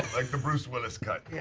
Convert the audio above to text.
like the bruce willis cut. yeah